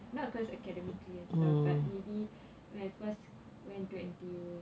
not because academically needy at first and stuff but maybe when I first went to N_T_U